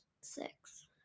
Six